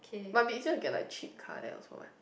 might be easier to get a cheap car there also what